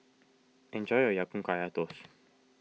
enjoy your Ya Kun Kaya Toast